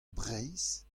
breizh